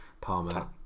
Palmer